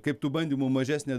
kaip tų bandymų mažesnė